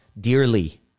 dearly